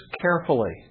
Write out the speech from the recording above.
carefully